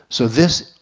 so this,